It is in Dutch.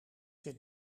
zit